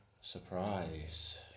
surprise